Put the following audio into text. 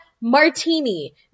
martini